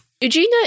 Eugenia